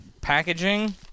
packaging